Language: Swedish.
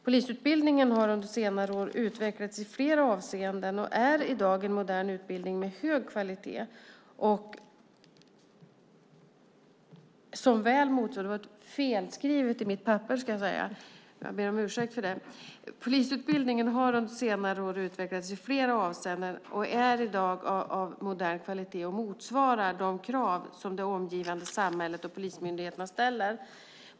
Polisutbildningen har under senare år utvecklats i flera avseenden och är i dag en modern utbildning med hög kvalitet som väl motsvarar de krav som det omgivande samhället och polismyndigheterna ställer.